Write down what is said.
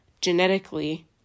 genetically